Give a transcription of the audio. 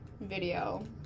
video